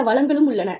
பிற வளங்களும் உள்ளன